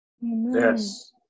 Yes